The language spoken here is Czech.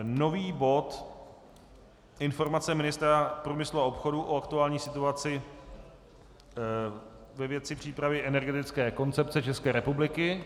Nový bod Informace ministra průmyslu a obchodu o aktuální situaci ve věci přípravy energetické koncepce České republiky.